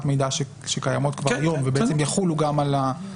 מידע) שקיימות כבר היום ובעצם יחולו גם על זה.